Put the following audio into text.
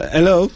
Hello